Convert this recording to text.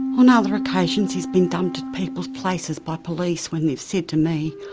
on other occasions he's been dumped at people's places by police when they've said to me,